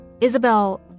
Isabel